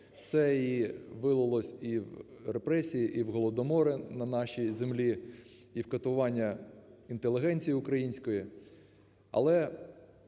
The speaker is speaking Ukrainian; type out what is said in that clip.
Це вилилось і в репресії, і в голодомори на нашій землі, і в катування інтелігенції української.